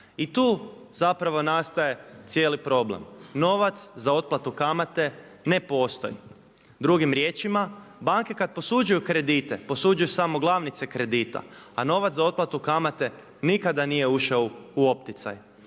I tu zapravo nastaje cijeli problem. Novac za otplatu kamate ne postoji. Drugim riječima banke kad posuđuju kredite posuđuju samo glavnice kredita, a novac za otplatu kamate nikada nije ušao u opticaj.